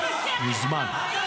מזמן.